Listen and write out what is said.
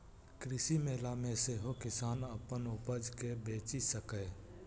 कृषि मेला मे सेहो किसान अपन उपज कें बेचि सकैए